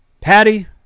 Patty